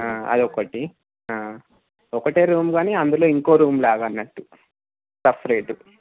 అదొకటి ఒకటే రూమ్ కాని అందులో ఇంకో రూమ్ లాగా అన్నట్టు సప్రేటు